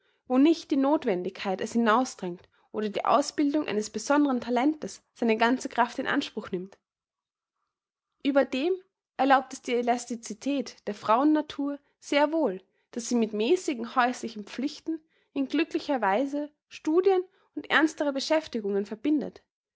wo nicht die nothwendigkeit es hinausdrängt oder die ausbildung eines besondren talentes seine ganze kraft in anspruch nimmt ueberdem erlaubt es die elasticität der frauennatur sehr wohl daß sie mit mäßigen häuslichen pflichten in glücklicher weise studien und ernstere beschäftigungen verbindet